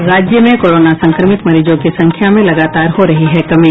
और राज्य में कोरोना संक्रमित मरीजों की संख्या में लगातार हो रही है कमी